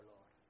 Lord